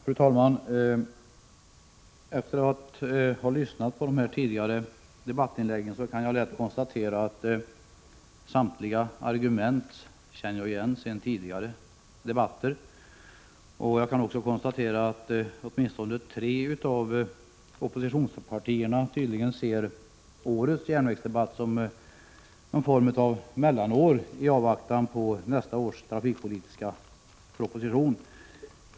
Fru talman! Efter att ha lyssnat på debattinläggen kan jag konstatera att jag känner igen samtliga argument sedan tidigare debatter. Jag kan också konstatera att åtminstone tre av oppositionspartierna tydligen ser årets järnvägsdebatt som ett slags mellanspel i avvaktan på nästa års trafikpolitiska proposition.